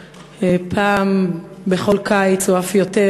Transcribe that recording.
פעם בכל קיץ או אף יותר,